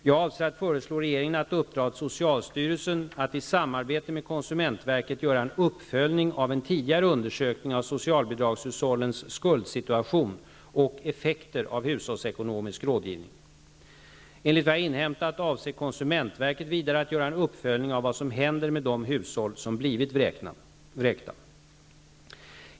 Jag avser att föreslå regeringen att uppdra till socialstyrelsen att i samarbete med konsumentverket göra en uppföljning av en tidigare undersökning av socialbidragshushållens skuldsituation och effekter av hushållsekonomisk rådgivning. Enligt vad jag inhämtat avser konsumentverket vidare att göra en uppföljning av vad som händer med de hushåll som blivit vräkta.